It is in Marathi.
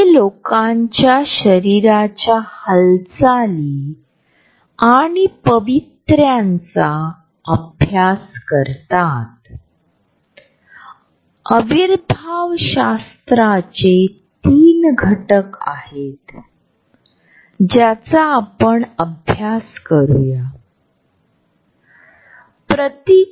म्हणून लोकांच्या एकमेकांच्या सापेक्ष स्थानाच्या सान्निध्यातून जवळीक उद्भवते तर आम्ही हा अदृश्य फुगा अखंड ठेवण्याचा देखील प्रयत्न करतो